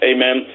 Amen